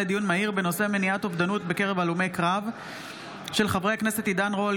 מהיר בהצעתם של חברי הכנסת עידן רול,